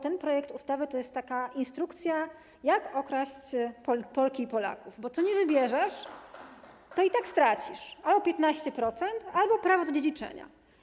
Ten projekt ustawy to jest instrukcja, jak okraść Polki i Polaków, bo cokolwiek wybierzesz, to i tak stracisz: albo 15%, albo prawo do dziedziczenia.